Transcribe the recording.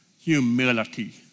Humility